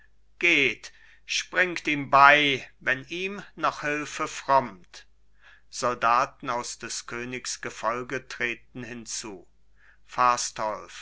geht springt ihm bei wenn ihm noch hülfe frommt soldaten aus des königs gefolge treten hinzu fastolf